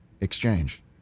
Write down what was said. exchange